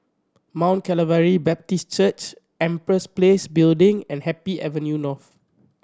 Mount Calvary Baptist Church Empress Place Building and Happy Avenue North